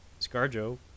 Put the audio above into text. ScarJo